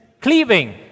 Cleaving